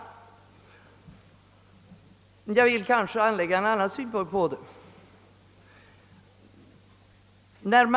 Jag vill anlägga en annan synpunkt på saken.